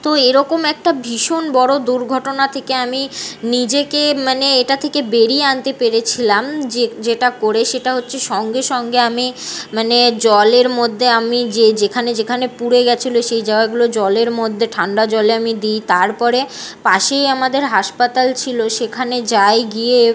তো এরকম একটা ভীষণ বড় দুর্ঘটনা থেকে আমি নিজেকে মানে এটা থেকে বেরিয়ে আনতে পেরেছিলাম যে যেটা করে সেটা হচ্ছে সঙ্গে সঙ্গে আমি মানে জলের মধ্যে আমি যে যেখানে যেখানে পুড়ে গিয়েছিল সেই জায়গাগুলো জলের মধ্যে ঠান্ডা জলে আমি দিই তারপরে পাশেই আমাদের হাসপাতাল ছিল সেখানে যাই গিয়ে